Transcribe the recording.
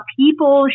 people